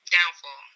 Downfall